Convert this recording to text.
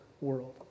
world